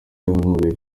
yahamagaye